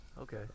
Okay